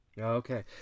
Okay